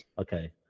Okay